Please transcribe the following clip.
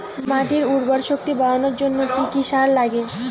মাটির উর্বর শক্তি বাড়ানোর জন্য কি কি সার লাগে?